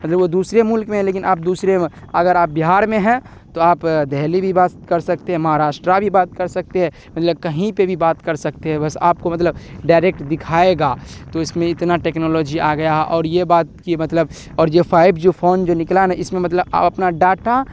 مطلب وہ دوسرے ملک میں لیکن آپ دوسرے اگر آپ بہار میں ہیں تو آپ دلی بھی بات کر سکتے ہیں مہاراشٹرا بھی بات کر سکتے ہیں مطلب کہیں پہ بھی بات کر سکتے ہے بس آپ کو مطلب ڈائریکٹ دکھائے گا تو اس میں اتنا ٹیکنالوجی آ گیا ہے اور یہ بات کہ مطلب اور جو فائیو جو فون جو نکلا ہے نا اس میں مطلب آپ اپنا ڈاٹا